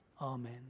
Amen